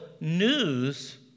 news